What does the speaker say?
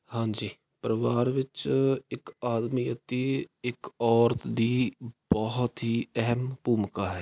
ਹਾਂਜੀ ਪਰਿਵਾਰ ਵਿੱਚ ਇੱਕ ਆਦਮੀ ਅਤੇ ਇੱਕ ਔਰਤ ਦੀ ਬਹੁਤ ਹੀ ਅਹਿਮ ਭੂਮਿਕਾ ਹੈ